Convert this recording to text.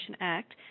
Act